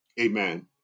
amen